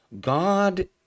God